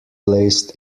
placed